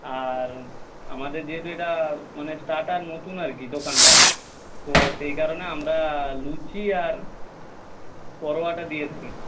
আর আমাদের যেহেতু এটা মানে স্টার্টার নতুন আর কি দোকানটা তো সেই কারণে আমরা লুচি আর পরোটাটা দিয়ে থাকি